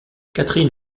catherine